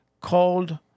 called